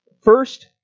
first